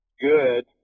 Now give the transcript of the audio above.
good